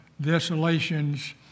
desolations